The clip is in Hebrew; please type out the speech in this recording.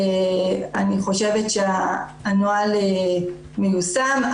אני חושבת שהנוהל מיושם.